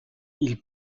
ils